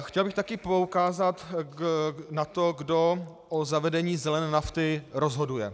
Chtěl bych také poukázat na to, kdo o zavedení zelené nafty rozhoduje.